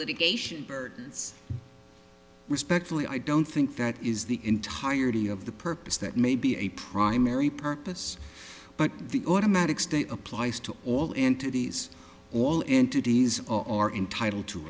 litigation burtons respectfully i don't think that is the entirety of the purpose that may be a primary purpose but the automatic state applies to all entities all entities are entitled to